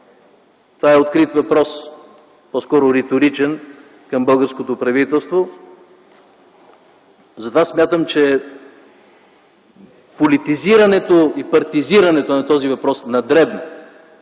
Това е открит въпрос, по-скоро – риторичен, към българското правителство. Смятам, че политизирането и партизирането на дребно на един